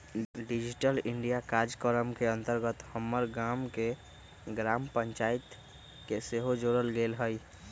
digital India काजक्रम के अंतर्गत हमर गाम के ग्राम पञ्चाइत के सेहो जोड़ल गेल हइ